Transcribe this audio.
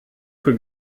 viel